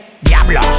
Diablo